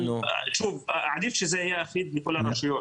אבל שוב - עדיף שזה יהיה אחיד בכל הרשויות.